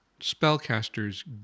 spellcasters